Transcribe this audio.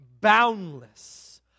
Boundless